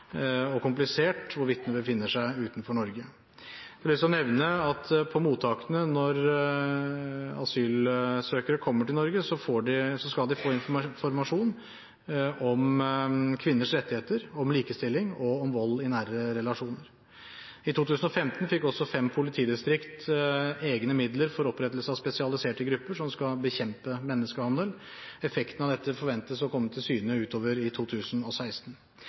og komplisert når vitnene befinner seg utenfor Norge. Jeg har lyst til å nevne at når asylsøkere kommer til Norge, skal de på mottakene få informasjon om kvinners rettigheter, om likestilling og om vold i nære relasjoner. I 2015 fikk også fem politidistrikter egne midler for opprettelse av spesialiserte grupper som skal bekjempe menneskehandel. Effekten av dette forventes å komme til syne utover i 2016.